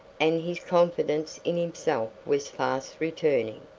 and his confidence in himself was fast returning.